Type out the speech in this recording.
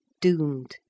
doomed